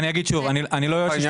אז אני אגיד שוב, אני לא יועץ משפטי.